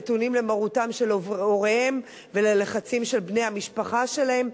נתונים למרותם של הוריהם וללחצים של בני-המשפחה שלהם,